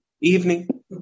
evening